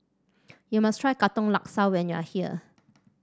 you must try Katong Laksa when you are here